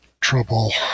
trouble